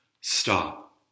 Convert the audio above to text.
Stop